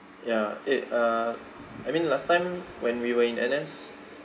ya eh uh I mean last time when we were in N_S